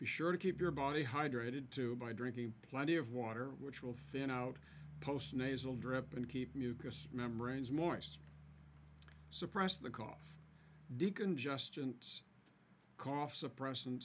be sure to keep your body hydrated too by drinking plenty of water which will thin out post nasal drip and keep mucus membranes morse to suppress the cough decongestants cough suppressant